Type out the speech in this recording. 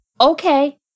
Okay